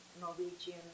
Norwegian